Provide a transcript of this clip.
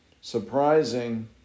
surprising